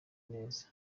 neza